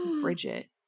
Bridget